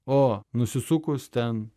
o nusisukus ten